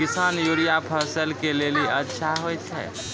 किसान यूरिया फसल के लेली अच्छा होय छै?